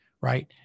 right